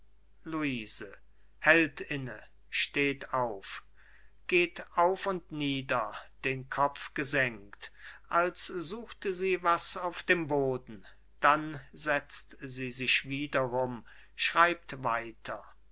auf geht auf und nieder den kopf gesenkt als suchte sie was auf dem boden dann setzt sie sich wiederum schreibt weiter